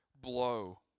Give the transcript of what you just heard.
blow